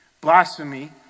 Blasphemy